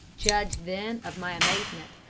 judge, then, of my amazement,